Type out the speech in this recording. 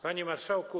Panie Marszałku!